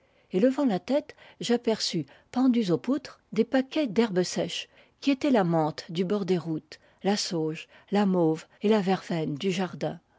et levant la tête j'aperçus pendus aux poutres des paquets d'herbes sèches qui étaient la menthe du bord des routes la sauge la mauve et la verveine du jardin